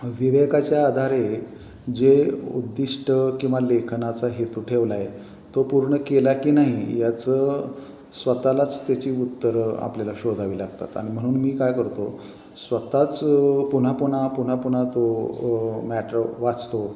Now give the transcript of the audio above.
विवेकाच्या आधारे जे उद्दिष्ट किंवा लेखनाचा हेतू ठेवला आहे तो पूर्ण केला की नाही याचं स्वतःलाच त्याची उत्तरं आपल्याला शोधावी लागतात आणि म्हणून मी काय करतो स्वतःच पुन्हा पुन्हा पुन्हा पुन्हा तो मॅटर वाचतो